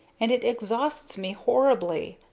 and it exhausts me horribly.